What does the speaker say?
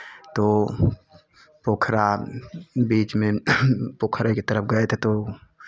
तो पोखरा बीच में पोखरे के तरफ गए थे तो